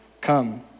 Come